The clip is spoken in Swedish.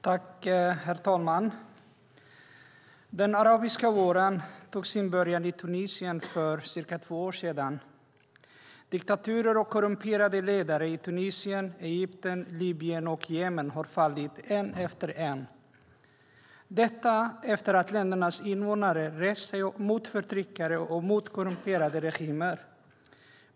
Herr talman! Den arabiska våren tog sin början i Tunisien för cirka två år sedan. Diktaturer och korrumperade ledare i Tunisien, Egypten, Libyen och Jemen har fallit en efter en, efter att ländernas invånare har rest sig mot förtryckare och korrumperade regimer.